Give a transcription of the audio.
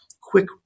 Quick